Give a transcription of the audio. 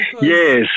yes